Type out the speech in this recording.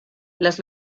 las